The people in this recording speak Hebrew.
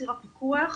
ציר הפיקוח,